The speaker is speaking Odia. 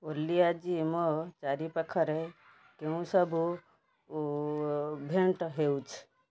ଓଲି ଆଜି ମୋ ଚାରିପାଖରେ କେଉଁ ସବୁ ଇଭେଣ୍ଟ୍ ହେଉଛି